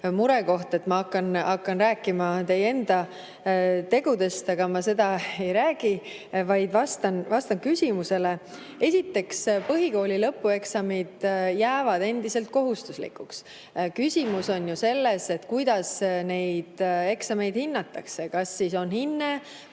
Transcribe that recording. murekoht, et ma hakkan rääkima teie enda tegudest, aga nendest ma ei räägi, vaid vastan küsimusele. Esiteks, põhikooli lõpueksamid jäävad endiselt kohustuslikuks. Küsimus on ju selles, kuidas eksameid hinnatakse: kas on hinne